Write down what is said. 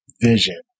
vision